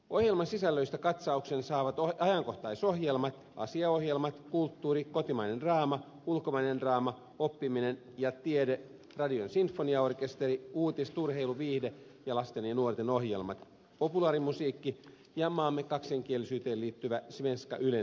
ohjelmasisällöistä katsauksen saavat ajankohtaisohjelmat asiaohjelmat kulttuuri kotimainen draama ulkomainen draama oppiminen ja tiede radion sinfoniaorkesteri uutiset urheilu viihde ja lasten ja nuorten ohjelmat populaarimusiikki ja maamme kaksikielisyyteen liittyvä svenska ylen monipuolinen tarjonta